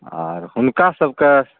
आर हुनका सभके